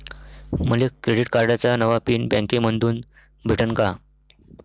मले क्रेडिट कार्डाचा नवा पिन बँकेमंधून भेटन का?